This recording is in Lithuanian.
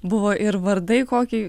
buvo ir vardai kokiai